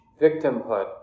victimhood